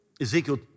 Ezekiel